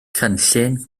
cynllun